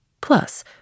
plus